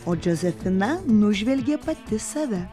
o džozefina nužvelgė pati save